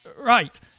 Right